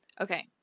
Okay